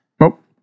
Nope